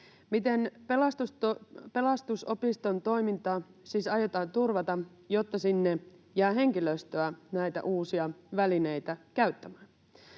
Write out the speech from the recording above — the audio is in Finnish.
miten Pelastusopiston toimintaa siis aiotaan turvata, jotta sinne jää henkilöstöä näitä uusia välineitä käyttämään?